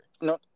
No